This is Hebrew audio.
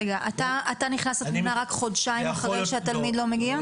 רגע אתה נכנס לתמונה רק חודשיים אחרי שהתלמיד לא מגיע?